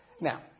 Now